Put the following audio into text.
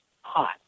hot